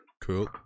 Cool